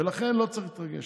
ולכן לא צריך להתרגש.